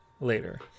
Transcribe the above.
later